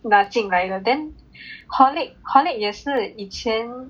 拿进来的 then Horlick Horlick 也是以前